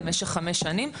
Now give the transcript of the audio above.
למשך חמש שנים,